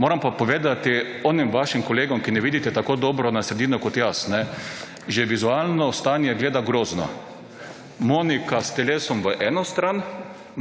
Moram pa povedati onim vašim kolegom, ki ne vidite tako dobro na sredino, kot jaz. Že vizualno stanje gleda grozno. Monika s telesom v eno stran,